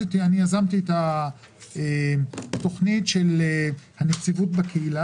יזמתי את התכנית של הנציבות בקהילה,